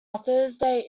thursday